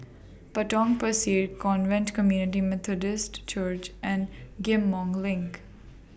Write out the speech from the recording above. Potong Pasir Covenant Community Methodist Church and Ghim Moh LINK